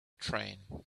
train